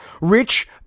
rich